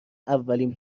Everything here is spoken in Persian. اولین